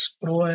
pro